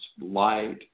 light